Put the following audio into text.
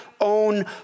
own